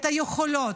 את היכולות,